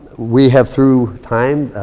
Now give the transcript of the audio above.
we have through time,